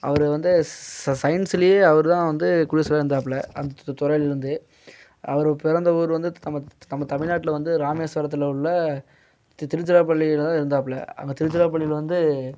அவர் வந்து ஸ் ச சயின்ஸுலே அவர் தான் வந்து இருந்தாப்புல அந்த துறையில் வந்து அவர் பிறந்த ஊர் வந்து நம்ம நம்ம தமிழ்நாட்டில் வந்து ராமேஸ்வரத்தில் உள்ள திருச்சிராப்பள்ளியில் தான் இருந்தாப்புல அங்க திருச்சிராப்பள்ளியில் வந்து